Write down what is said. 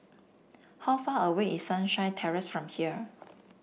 how far away is Sunshine Terrace from here